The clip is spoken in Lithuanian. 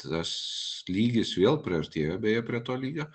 tas lygis vėl priartėjo beje prie to lygio